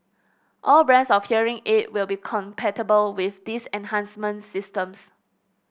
all brands of hearing aid will be compatible with these enhancement systems